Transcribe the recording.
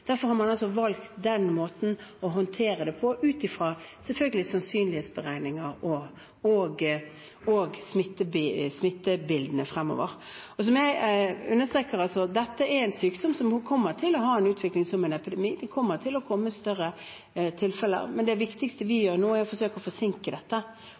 Derfor har man valgt den måten å håndtere det på, selvfølgelig ut fra sannsynlighetsberegninger og smittebildet fremover. Som jeg understreker: Dette er en sykdom som kommer til å ha en utvikling som en epidemi. Det kommer til å komme flere tilfeller. Men det viktigste vi gjør nå, er å forsøke å forsinke dette